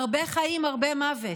הרבה חיים, הרבה מוות.